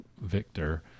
victor